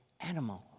animals